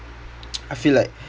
I feel like